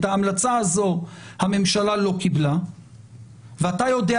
את ההמלצה הזו הממשלה לא קיבלה ואתה יודע,